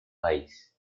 país